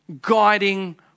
guiding